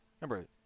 Remember